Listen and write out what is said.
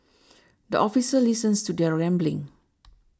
the officer listens to their rambling